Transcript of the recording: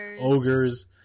ogres